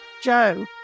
Joe